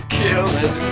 killing